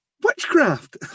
witchcraft